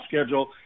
schedule